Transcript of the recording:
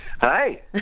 Hi